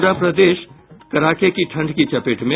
प्ररा प्रदेश कड़ाके की ठंड की चपेट में